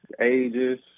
ages